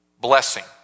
blessing